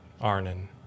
Arnon